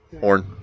Horn